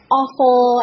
awful